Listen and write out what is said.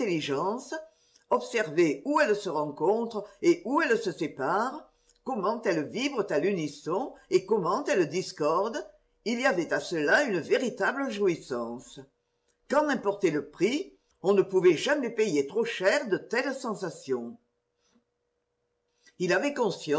observer où elles se rencontrent et où elles se séparent comment elles vibrent à l'unisson et comment elles discordent il y avait à cela une véritable jouissance qu'en importait le prix on ne pouvait jamais payer trop cher de telles sensations il avait